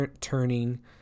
turning